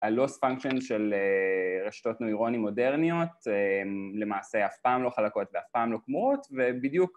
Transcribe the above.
ה-loss function של רשתות נוירוניים מודרניות למעשה אף פעם לא חלקות ואף פעם לא גמורות ובדיוק